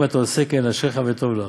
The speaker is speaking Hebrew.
אם אתה עושה כן, אשריך וטוב לך.